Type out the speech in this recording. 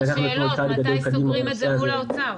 מתי סוגרים את זה מול האוצר.